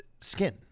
skin